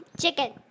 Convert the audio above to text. chicken